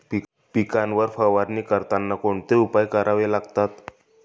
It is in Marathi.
पिकांवर फवारणी करताना कोणते उपाय करावे लागतात?